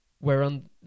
whereon